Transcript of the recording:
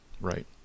right